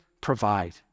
provide